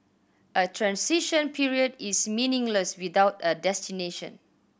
a transition period is meaningless without a destination